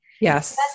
Yes